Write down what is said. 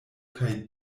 kaj